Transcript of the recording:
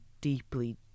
deeply